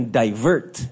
divert